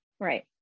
Right